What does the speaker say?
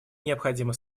необходимо